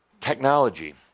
Technology